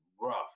rough